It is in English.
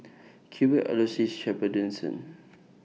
Cuthbert Aloysius Shepherdson